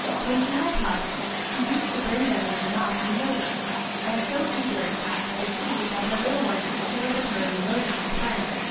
when she had pups, she used to bring them in her mouth to be noticed and so eager, in fact, was she that her little ones should share with her in the notice of her friends,